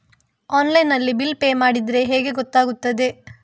Online ನಲ್ಲಿ bill pay ಮಾಡಿದ್ರೆ ಹೇಗೆ ಗೊತ್ತಾಗುತ್ತದೆ?